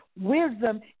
wisdom